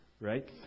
right